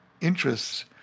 interests